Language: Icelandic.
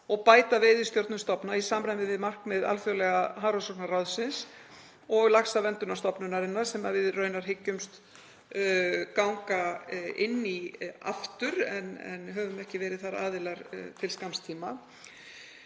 og bæta veiðistjórnun stofna í samræmi við markmið Alþjóðlega hafrannsóknaráðsins og Laxaverndunarstofnunarinnar, sem við raunar hyggjumst ganga inn í aftur en höfum ekki verið þar aðilar til skamms tíma.